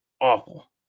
awful